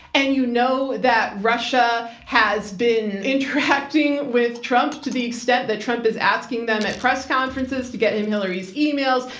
and you know that russia has been interacting with trump to the extent that trump is asking them at press conferences to get him hillary's emails.